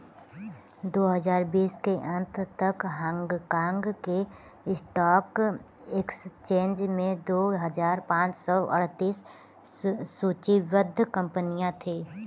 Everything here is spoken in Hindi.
दो हजार बीस के अंत तक हांगकांग के स्टॉक एक्सचेंज में दो हजार पाँच सौ अड़तीस सूचीबद्ध कंपनियां थीं